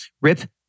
rip